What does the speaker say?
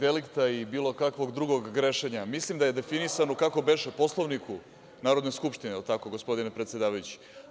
Što se tiče verbalnih delikta i bilo kakvog drugog grešenja, mislim da je definisano, kako beše, Poslovnikom Narodne skupštine, jel tako, gospodine predsedavajući?